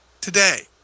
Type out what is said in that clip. today